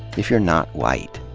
if you're not white.